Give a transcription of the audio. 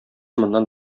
моннан